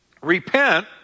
repent